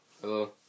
Hello